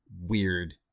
weird